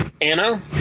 Anna